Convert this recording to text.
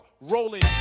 rolling